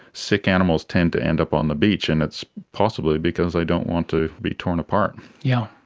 sick animals tend to end up on the beach and it's possibly because they don't want to be torn apart. yeah